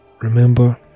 Remember